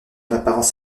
apparence